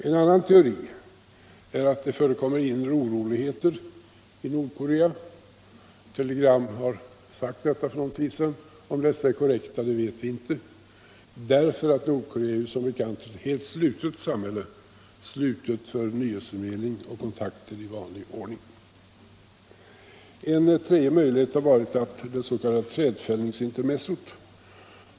En annan teori är att det förekommer inre oroligheter i Nordkorea. Telegram har omtalat detta för en tid sedan, men om dessa är korrekta vet vi inte. Nordkorea är som bekant ett slutet samhälle, slutet för nyhetsförmedling och kontakter i vanlig ordning. En tredje möjlighet har varit att det s.k. trädfällningsintermezzot.